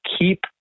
keep